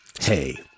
hey